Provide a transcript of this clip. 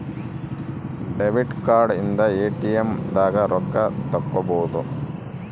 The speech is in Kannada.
ಡೆಬಿಟ್ ಕಾರ್ಡ್ ಇಂದ ಎ.ಟಿ.ಎಮ್ ದಾಗ ರೊಕ್ಕ ತೆಕ್ಕೊಬೋದು